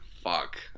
Fuck